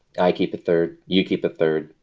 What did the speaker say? i keep a third. you keep a third.